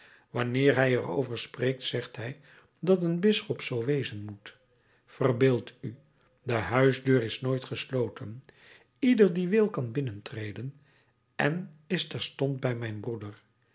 wanneer hij er over spreekt zegt hij dat een bisschop zoo wezen moet verbeeld u de huisdeur is nooit gesloten ieder die wil kan binnentreden en is terstond bij mijn broeder